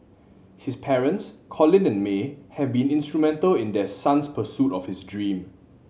his parents Colin and May have been instrumental in their son's pursuit of his dream